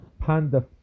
Panda